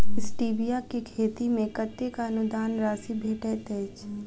Stevia केँ खेती मे कतेक अनुदान राशि भेटैत अछि?